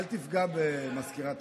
אל תפגע בסגנית.